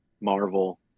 Marvel